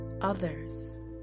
others